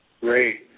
Great